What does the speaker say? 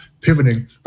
pivoting